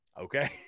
Okay